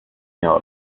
know